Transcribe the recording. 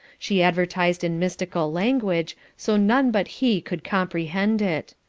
she advertised in mystical language, so none but he could comprehend it.